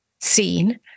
seen